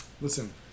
listen